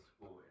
school